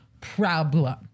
problem